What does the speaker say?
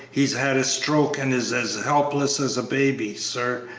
he's had a stroke and is as helpless as a baby, sir,